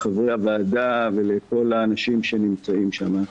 לחברי הוועדה ולכל האנשים שנמצאים שם.